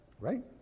Right